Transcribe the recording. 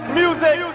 music